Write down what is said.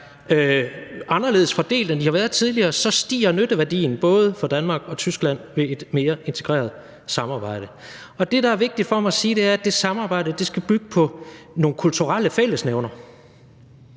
anderledes fordelt, end de har været tidligere, så stiger nytteværdien af et mere integreret samarbejde både for Danmark og Tyskland. Det, der er vigtigt for mig at sige, er, at det samarbejde skal bygge på nogle kulturelle fællesnævnere,